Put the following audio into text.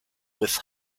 with